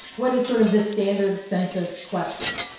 what is sort of the standard census question?